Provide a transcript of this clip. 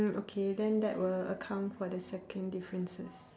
uh okay then that will account for the second differences